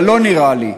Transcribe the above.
אבל לא נראה לי.